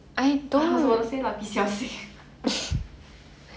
I was about to say 蜡笔小新